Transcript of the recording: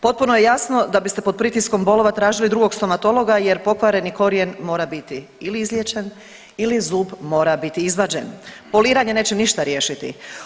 Potpuno je jasno da biste pod pritiskom bolova tražili drugog stomatologa jer pokvareni korijen mora biti ili izliječen ili zub mora biti izvađen, poliranje neće ništa riješiti.